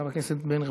חבר הכנסת בן ראובן,